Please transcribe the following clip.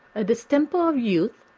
a distemper of youth,